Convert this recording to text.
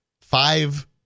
five